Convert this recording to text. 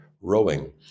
rowing